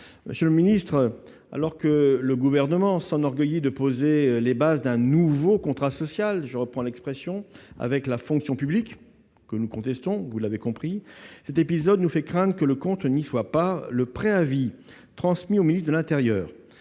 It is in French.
Monsieur le secrétaire d'État, alors que le Gouvernement s'enorgueillit de poser les bases d'un « nouveau contrat social »- je reprends l'expression -avec la fonction publique- et que nous contestons, vous l'avez compris -, cet épisode nous fait craindre que le compte n'y soit pas. Le préavis transmis au ministre de l'intérieur